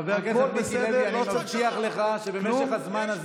הכול בסדר, לא צריך, יש בקרה.